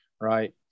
Right